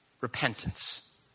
Repentance